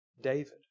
David